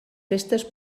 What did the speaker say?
festes